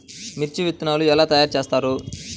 మిర్చి విత్తనాలు ఎలా తయారు చేస్తారు?